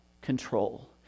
control